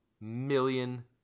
million